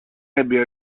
ebbe